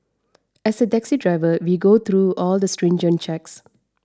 as a taxi driver we go through all the stringent checks